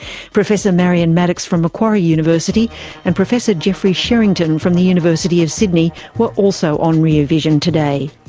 professor marion maddox from macquarie university and professor geoffrey sherington from the university of sydney were also on rear vision today.